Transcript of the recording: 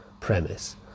premise